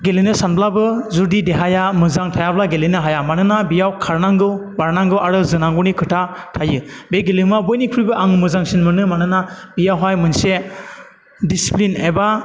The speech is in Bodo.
गेलेनो सानब्लाबो जुदि देहाया मोजां थायाब्ला गेलेनो हाया मानोना बेयाव खारनांगौ बारनांगौ आरो जोनांगौनि खोथा थायो बे गेलेमुवा बयनिख्रुइबो आं मोजांसिन मोनो मानोना बेयावहाय मोनसे डिसचिप्लिन एबा